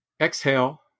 Exhale